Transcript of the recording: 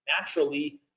Naturally